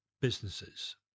businesses